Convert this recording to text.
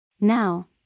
Now